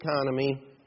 economy